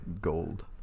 gold